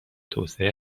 توسعه